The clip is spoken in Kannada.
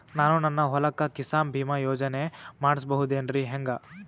ನಾನು ನನ್ನ ಹೊಲಕ್ಕ ಕಿಸಾನ್ ಬೀಮಾ ಯೋಜನೆ ಮಾಡಸ ಬಹುದೇನರಿ ಹೆಂಗ?